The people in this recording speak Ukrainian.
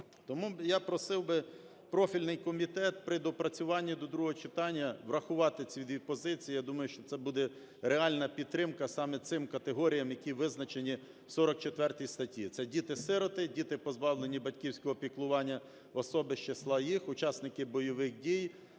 Тому я просив би профільний комітет при доопрацюванні до другого читання врахувати ці дві позиції. Я думаю, що це буде реальна підтримка саме цим категоріям, які визначені в 44 статті: це діти-сироти, діти, позбавлені батьківського піклування, особи з числа їх, учасники бойових дій,